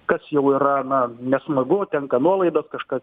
kas jau yra na nesmagu tenka nuolaidas kažka